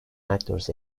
actors